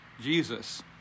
Jesus